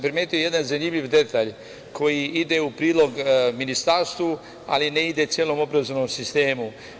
Primetio sam jedan zanimljiv detalj koji ide u prilog Ministarstvu, ali ne ide celom obrazovanom sistemu.